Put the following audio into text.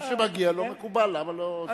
מי שמגיע לו, מקובל, למה לא?